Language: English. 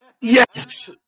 Yes